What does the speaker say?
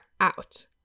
out